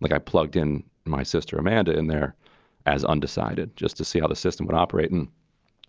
like, i plugged in my sister amanda in there as undecided just to see how the system would operate. and